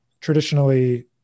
traditionally